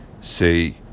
Say